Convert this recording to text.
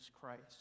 Christ